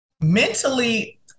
Mentally